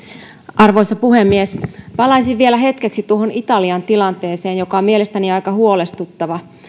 arvoisa puhemies palaisin vielä hetkeksi tuohon italian tilanteeseen joka on mielestäni aika huolestuttava